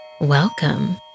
welcome